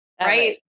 right